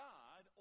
God